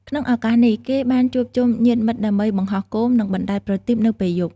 ក្នុងឱកាសនេះ គេបានជួបជុំញាតិមិត្តដើម្បីបង្ហោះគោម និងបណ្ដែតប្រទីបនៅពេលយប់។